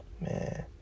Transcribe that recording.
Man